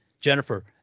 Jennifer